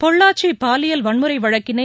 பொள்ளாச்சி பாலியல் வன்முறை வழக்கினை